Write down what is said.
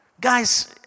Guys